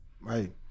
Right